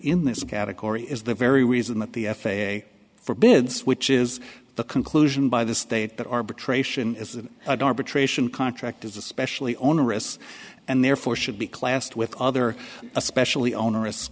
in this category is the very reason that the f a a forbids which is the conclusion by the state that arbitration is an arbitration contract is especially onerous and therefore should be classed with other especially onerous